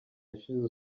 yashize